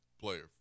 player